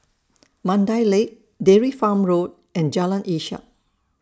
Mandai Lake Dairy Farm Road and Jalan Ishak